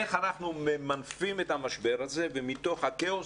איך אנחנו ממנפים את המשבר הזה ומתוך הכאוס